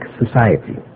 society